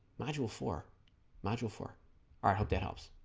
module four module four alright hope that helps